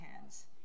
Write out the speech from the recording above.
hands